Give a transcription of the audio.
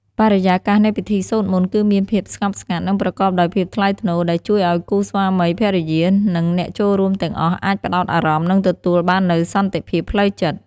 បរិយាកាសនៃពិធីសូត្រមន្ត គឺមានភាពស្ងប់ស្ងាត់ និងប្រកបដោយភាពថ្លៃថ្នូរ ដែលជួយឲ្យគូស្វាមីភរិយា និងអ្នកចូលរួមទាំងអស់អាចផ្តោតអារម្មណ៍ និងទទួលបាននូវសន្តិភាពផ្លូវចិត្ត។